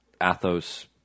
Athos